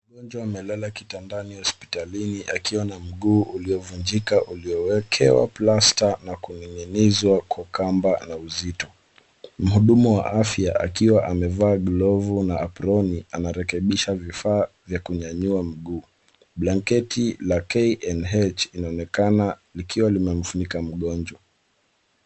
Mgonjwa amelala kitandani hospitalini akiwa na mguu uliovunjika uliowekewa plasta na kuning'inizwa kwa kamba na uzito. Mhudumu wa afya akiwa amevaa glovu na aproni anarekebisha vifaa vya kunyanyua mguu. Blanketi la KNH inaonekana likiwa limemfunika mgonjwa.